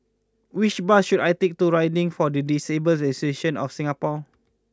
which bus should I take to riding for the Disabled Association of Singapore